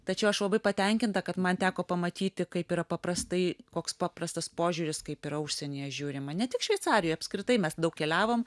tačiau aš labai patenkinta kad man teko pamatyti kaip yra paprastai koks paprastas požiūris kaip yra užsienyje žiūrima ne tik šveicarijoj apskritai mes daug keliavom